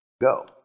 go